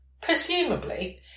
Presumably